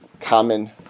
common